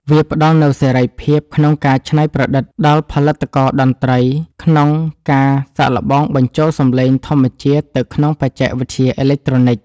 វាផ្ដល់នូវសេរីភាពក្នុងការច្នៃប្រឌិតដល់ផលិតករតន្ត្រី ក្នុងការសាកល្បងបញ្ចូលសំឡេងធម្មជាតិទៅក្នុងបច្ចេកវិទ្យាអេឡិចត្រូនិក។